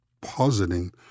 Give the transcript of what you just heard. positing